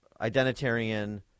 identitarian